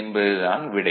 என்பது தான் விடை